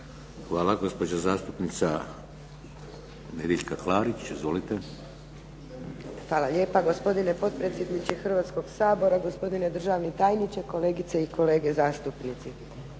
Hvala. Gospođa zastupnica Nedjeljka Klarić. Izvolite. **Klarić, Nedjeljka (HDZ)** Hvala lijepa gospodine potpredsjedniče Hrvatskog sabora, gospodine državni tajniče, kolegice i kolege zastupnici.